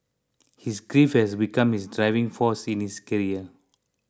his grief has become his driving force in his career